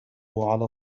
على